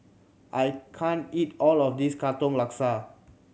I can't eat all of this Katong Laksa